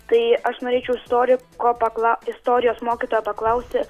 tai aš norėčiau istori ko pakla istorijos mokytojo paklausti